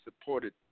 supported